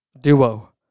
duo